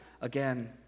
again